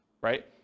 right